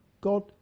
God